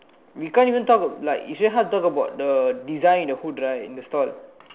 we can't even talk like it's very hard to talk about the design and all in the store